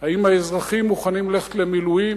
האם האזרחים מוכנים ללכת למילואים.